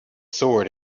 sword